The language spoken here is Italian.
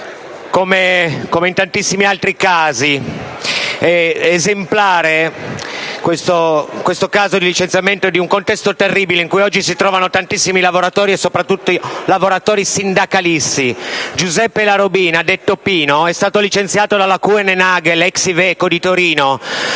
Come in tantissimi altri casi, è esemplare questo caso di licenziamento in un contesto terribile in cui si trovano oggi tantissimi lavoratori, soprattutto i lavoratori sindacalisti. Giuseppe Larobina, detto Pino, è stato licenziato dalla Kuehne Nagel (ex IVECO) di Torino